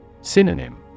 Synonym